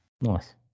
Nice